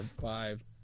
five